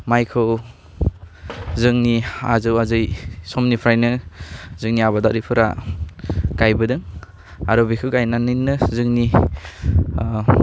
माइखौ जोंनि आजौ आजै समनिफ्राइनो जोंनि आबादारिफोरा गायबोदों आरो बेखौ गायनानैनो जोंनि